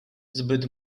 zbyt